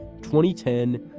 2010